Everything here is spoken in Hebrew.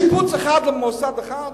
שיפוץ אחד למוסד אחד?